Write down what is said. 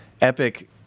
epic